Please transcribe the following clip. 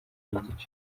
nigice